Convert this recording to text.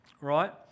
Right